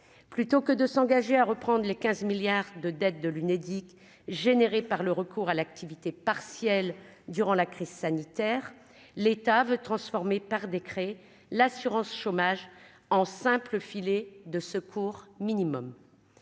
plutôt que de s'engager à reprendre les 15 milliards de dette de l'Unédic générée par le recours à l'activité partielle durant la crise sanitaire, l'État veut transformer par décret, l'assurance chômage en simple filet de secours minimum